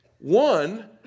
One